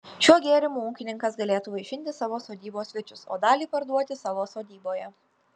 šiuo gėrimu ūkininkas galėtų vaišinti savo sodybos svečius o dalį parduoti savo sodyboje